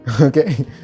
Okay